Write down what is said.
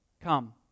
Come